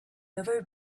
ever